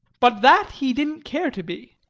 but that he didn't care to be.